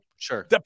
Sure